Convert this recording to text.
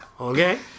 Okay